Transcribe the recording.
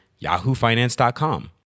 yahoofinance.com